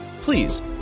Please